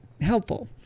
helpful